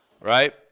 right